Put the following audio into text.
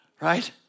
right